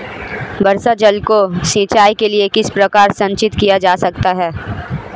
वर्षा जल को सिंचाई के लिए किस प्रकार संचित किया जा सकता है?